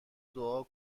دعا